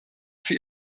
für